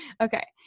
Okay